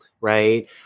right